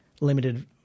limited